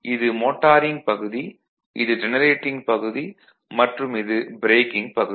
இது மோட்டாரிங் பகுதி இது ஜெனரேட்டிங் பகுதி மற்றும் இது ப்ரேக்கிங் பகுதி